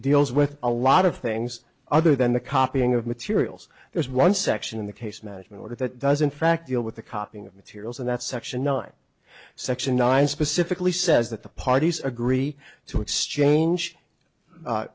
deals with a lot of things other than the copying of materials there's one section in the case management order that does in fact deal with the copying of materials and that section nine section nine specifically says that the parties agree to exchange